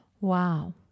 Wow